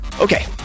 Okay